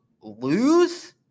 lose